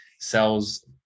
sells